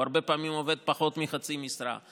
הוא הרבה פעמים עובד פחות מחצי משרה.